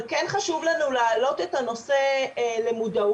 אבל כן חשוב לנו להעלות את הנושא למודעות.